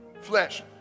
flesh